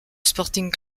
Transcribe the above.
sporting